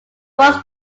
rogues